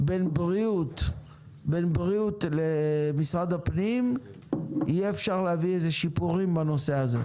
בין בריאות למשרד הפנים יהיה אפשר להביא שיפורים בעניין הזה.